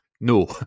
No